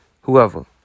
Whoever